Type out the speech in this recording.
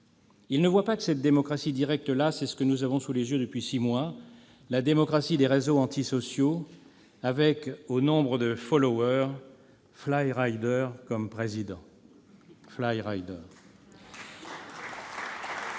Ils ne voient pas que cette démocratie directe, c'est ce que nous avons sous les yeux depuis six mois : la démocratie des réseaux antisociaux, avec, au nombre de, Fly Rider comme président. « La foule est